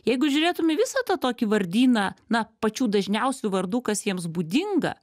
jeigu žiūrėtum į visą tą tokį vardyną na pačių dažniausių vardų kas jiems būdinga